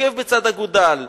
עקב בצד אגודל.